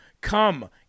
come